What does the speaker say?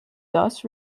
thus